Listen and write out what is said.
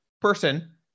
person